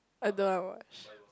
I don't want watch